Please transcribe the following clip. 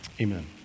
amen